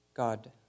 God